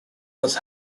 was